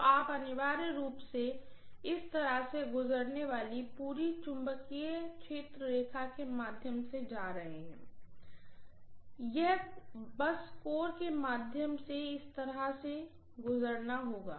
तो आप अनिवार्य रूप से इस तरह से गुजरने वाली पूरी चुंबकीय क्षेत्र रेखा के माध्यम से जा रहे हैं इसके माध्यम से यह बस कोर के माध्यम से इस तरह से गुजरना होगा